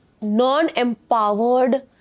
non-empowered